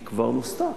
כבר נוסתה.